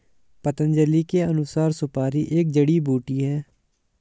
पतंजलि के अनुसार, सुपारी एक जड़ी बूटी है